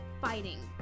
fighting